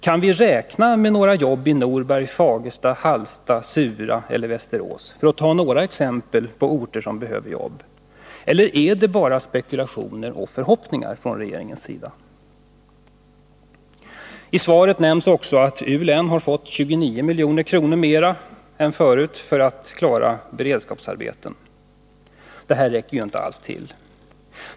Kan vi räkna med några jobb i Norberg, Fagersta, Hallstahammar, Surahammar eller Västerås, för att ta några exempel på orter som behöver nya jobb, eller är det bara spekulationer och förhoppningar från regeringens sida? I svaret nämns också att U län har fått 29 miljoner mera än förut för att klara beredskapsarbetena. Det räcker inte alls till.